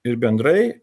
ir bendrai